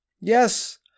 Yes